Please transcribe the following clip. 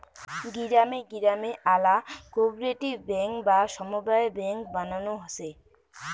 গিরামে গিরামে আল্যা কোপরেটিভ বেঙ্ক বা সমব্যায় বেঙ্ক বানানো হসে